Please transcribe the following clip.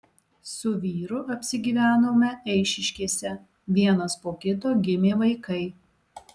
su vyru apsigyvenome eišiškėse vienas po kito gimė vaikai